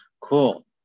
Cool